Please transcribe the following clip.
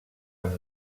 amb